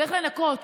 צריך לנקות.